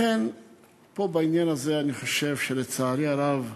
לכן פה, בעניין הזה, אני חושב, לצערי הרב,